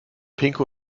pinke